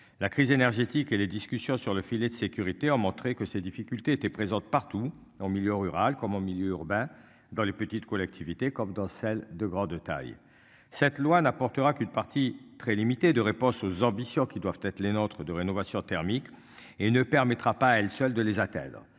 La crise énergétique et les discussions sur le filet de sécurité ont montré que ces difficultés étaient présentes partout en milieu rural comme en milieu urbain dans les petites collectivités comme dans celle de grande taille. Cette loi n'apportera qu'une partie très limitée de réponse aux ambitions qui doivent être les nôtres de rénovation thermique et ne permettra pas à elle seule de les atteindre.